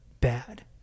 bad